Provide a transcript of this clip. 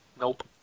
Nope